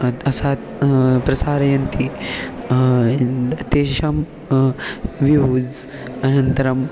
अत् असा प्रसारयन्ति तेषां व्यूस् अनन्तरं